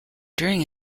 during